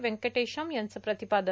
व्यंकटेशम् यांचं प्रतिपादन